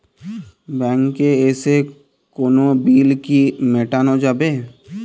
ব্যাংকে এসে কোনো বিল কি মেটানো যাবে?